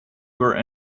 were